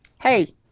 Hey